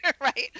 Right